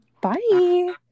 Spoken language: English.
bye